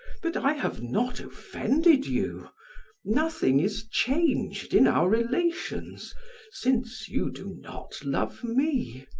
but i have not offended you nothing is changed in our relations since you do not love me.